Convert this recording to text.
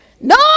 No